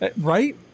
Right